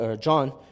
John